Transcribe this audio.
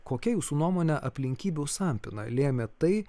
kokia jūsų nuomone aplinkybių sampyna lėmė tai